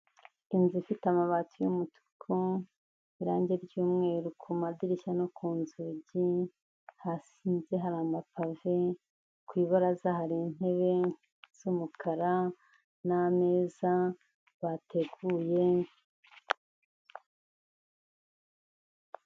Inzu ifite amabati y'umutuku, irangi ry'umweru ku madirishya no ku inzugi, hasinze hari amapave, ku ibaraza hari intebe z'umukara n'ameza bateguye.